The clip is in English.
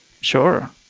Sure